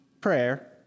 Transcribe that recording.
prayer